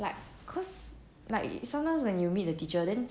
like cause like you sometimes when you meet the teacher then